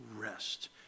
rest